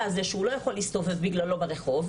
הזה שהוא לא יכול להסתובב בגללו ברחוב,